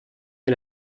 est